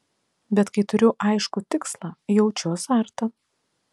bet kai turiu aiškų tikslą jaučiu azartą